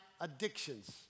addictions